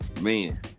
Man